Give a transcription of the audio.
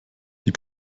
die